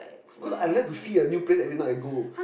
cause I like to see a new place everytime I go